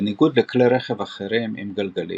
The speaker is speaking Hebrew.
בניגוד לכלי רכב אחרים עם גלגלים,